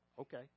okay